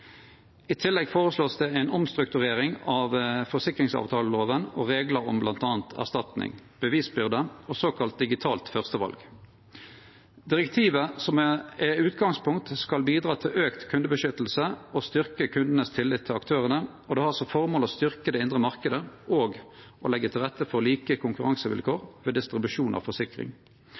erstatning, bevisbyrde og såkalla digitalt førsteval. Direktivet som er utgangspunktet, skal bidra til auka kundebeskyttelse og styrkje kundane sin tillit til aktørane, og det har som føremål å styrkje den indre marknaden og leggje til rette for like konkurransevilkår ved distribusjon av forsikring.